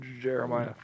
Jeremiah